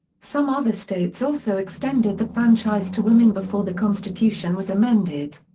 some other states also extended the franchise to women before the constitution was amended.